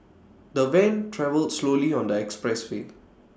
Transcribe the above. the van travelled slowly on the express way